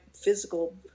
physical